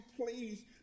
please